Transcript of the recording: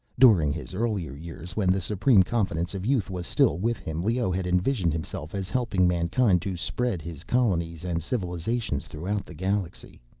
during his earlier years, when the supreme confidence of youth was still with him, leoh had envisioned himself as helping mankind to spread his colonies and civilizations throughout the galaxy.